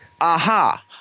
Aha